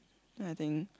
I think